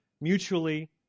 Mutually